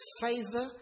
favor